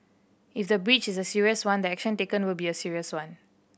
if the breach is a serious one the action taken will be a serious one